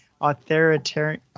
Authoritarian